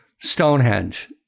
Stonehenge